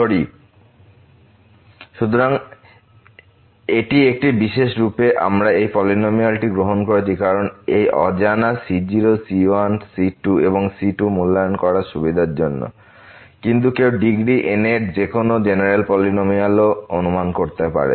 ধরি Pnxc0c1x x0c2x x02c3x x03cnx x0n সুতরাং এটি একটি বিশেষ রূপে আমরা এই পলিনমিয়ালটি গ্রহণ করেছি কারণ এই অজানা c0 c1 এবং c2 মূল্যায়ন করার সুবিধার জন্য কিন্তু কেউ ডিগ্রী n এর যে কোন জেনেরাল পলিনমিয়াল ও অনুমান করতে পারে